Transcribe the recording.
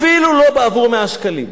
אפילו לא בעבור 100 שקלים.